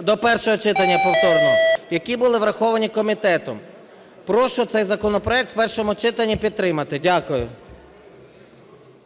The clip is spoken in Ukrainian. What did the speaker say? до першого читання повторного, які були враховані комітетом. Прошу цей законопроект у першому читанні підтримати. Дякую.